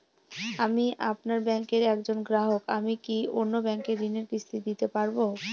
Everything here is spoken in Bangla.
আমি আপনার ব্যাঙ্কের একজন গ্রাহক আমি কি অন্য ব্যাঙ্কে ঋণের কিস্তি দিতে পারবো?